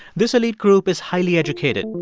this elite group is highly educated.